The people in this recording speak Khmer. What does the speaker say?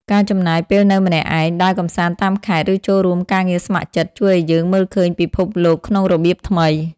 ការចំណាយពេលនៅម្នាក់ឯង ដើរកម្សាន្តតាមខេត្ត ឬចូលរួមការងារស្ម័គ្រចិត្ត ជួយឱ្យយើងមើលឃើញពិភពលោកក្នុងរបៀបថ្មី។